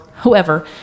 whoever